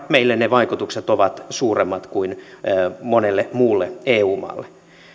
meille ne vaikutukset ovat suuremmat kuin monelle muulle eu maalle